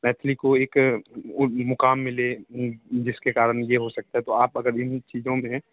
मैथिली को एक मुकाम मिले जिसके कारण ये हो सकता है तो आप अगर इन चीजों में